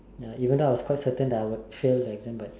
ya even though I was quite certain that I would fail that exam but